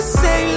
say